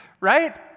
right